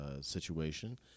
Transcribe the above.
situation